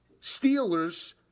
Steelers